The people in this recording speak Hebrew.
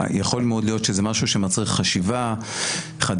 יכול מאוד להיות שזה משהו שמצריך חשיבה חדשה,